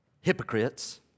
hypocrites